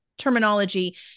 terminology